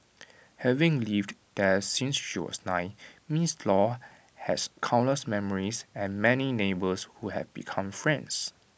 having lived there since she was nine miss law has countless memories and many neighbours who have become friends